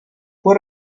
fue